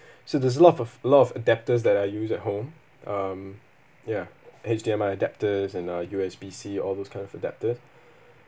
so there's a lot of lot of adapters that I used at home um ya H_D_M_I adapters and uh U_S_B_C all those kind of adaptor